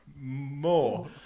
More